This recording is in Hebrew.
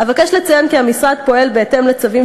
אבקש לציין כי המשרד פועל בהתאם לצווים